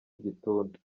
igituntu